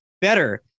better